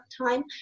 time